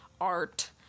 art